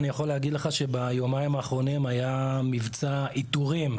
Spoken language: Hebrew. אני יכול להגיד לך שביומיים האחרונים היה מבצע איתורים.